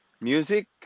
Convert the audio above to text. music